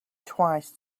twice